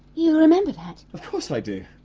you remember that? of course i do!